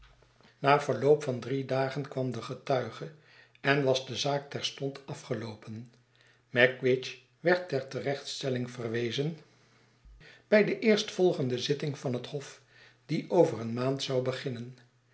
na verloop van drie dagen kwam de getuige en was de zaak terstond afgeloopen magwitch werd ter terechtstelling verwezen bij de eerstvolgende zitting van het hof die over eene maand zou beginnen